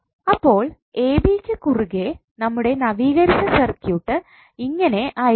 അപ്പോൾ ab ക്ക് കുറുകെ നമ്മുടെ നവീകരിച്ച സർക്യൂട്ട് ഇങ്ങനെ ആയിരിക്കും